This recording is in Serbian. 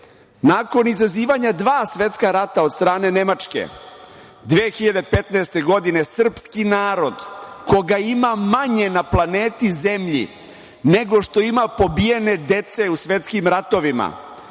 nakon izazivanja dva svetska rata od strane Nemačke, 2015. godine srpski narod, koga ima manje na planeti zemlji nego što ima pobijene dece u svetskim ratovima,